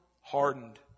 hardened